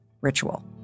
ritual